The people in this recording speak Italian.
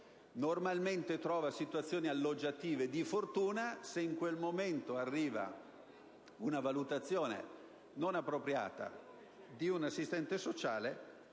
costretta a trovare situazioni alloggiative di fortuna e se, in quel momento, arriva una valutazione non appropriata di un assistente sociale